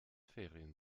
ferien